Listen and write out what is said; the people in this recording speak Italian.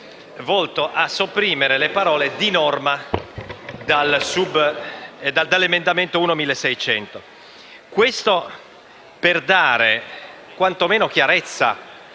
volto a sopprimere le parole «di norma» dall'emendamento 1.1600, per dare quanto meno chiarezza